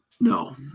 no